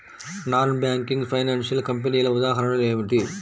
Non banking financial కంపెనీల ఉదాహరణలు ఏమిటి?